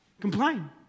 Complain